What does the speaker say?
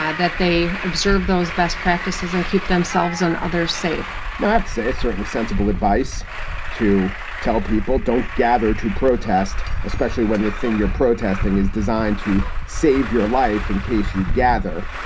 that they observe those best practices and keep themselves and others safe now, i have to say, it's certainly sensible advice to tell people don't gather to protest, especially when the thing you're protesting is designed to save your life. in case you gather.